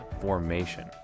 formation